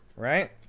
right,